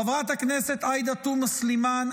חברת הכנסת עאידה תומא סלימאן,